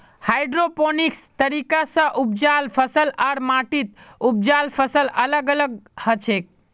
hydroponics तरीका स उपजाल फसल आर माटीत उपजाल फसल अलग अलग हछेक